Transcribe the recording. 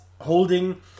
holding